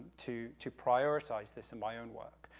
to to prioritize this in my own work.